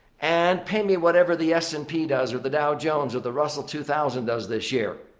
and pay me whatever the s and p does or the dow jones or the russell two thousand does this year.